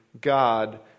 God